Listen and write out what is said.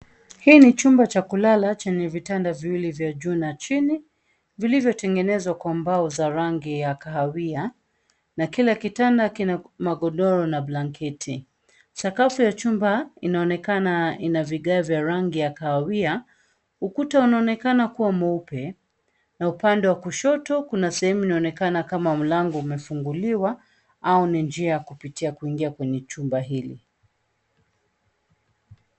Hii ni chumba cha kulala chenye vitanda viwili vya juu na chini vilivyotengenezwa kwa mbao za rangi ya kahawia na kila kitanda kina magodoro na blanketi. Sakafu ya chumba inaonekana ina vigae vya rangi ya kahawia, ukuta unaonekana kua mweupe na upande wa kushoto kuna sehemu inaonekana kama mlango umefunguliwa au ni njia ya kupitia kuingia kwenye chumba hili.